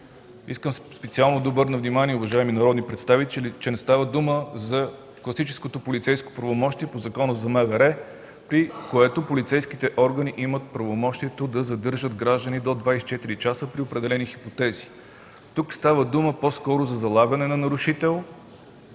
Искам специално да обърна внимание, уважаеми народни представители, че не става дума за класическото полицейско правомощие по Закона за МВР, при което полицейските органи имат правомощието да задържат граждани до 24 часа при определени хипотези. Тук става дума по-скоро за залавяне на нарушител